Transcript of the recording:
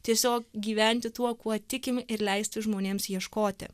tiesiog gyventi tuo kuo tikim ir leisti žmonėms ieškoti